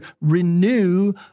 renew